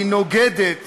היא נוגדת